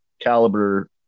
caliber